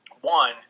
One